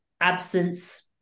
absence